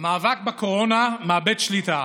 המאבק בקורונה מאבד שליטה.